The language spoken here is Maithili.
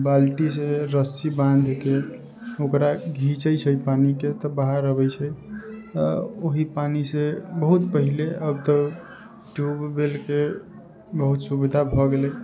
बाल्टीसँ रस्सी बाँधिके ओकरा घीचै छै पानिके तब बाहर अबै छै आ ओही पानिसँ बहुत पहिने अब तऽ ट्यूब वेलके बहुत सुविधा भऽ गेलै